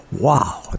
wow